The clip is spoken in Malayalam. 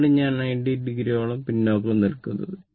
ഇതാണ് ഞാൻ 90o ഓളം പിന്നാക്കം നിൽക്കുന്നത്